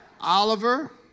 Oliver